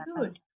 good